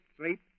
sleep